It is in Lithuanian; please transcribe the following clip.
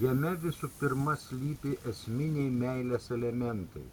jame visų pirma slypi esminiai meilės elementai